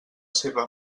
seva